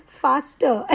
faster